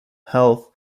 health